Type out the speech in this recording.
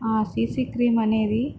ఆ CC cream అనేది